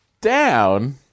down